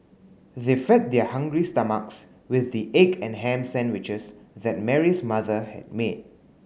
they fed their hungry stomachs with the egg and ham sandwiches that Mary's mother had made